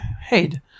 head